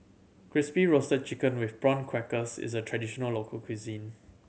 Crispy Roasted Chicken with Prawn Crackers is a traditional local cuisine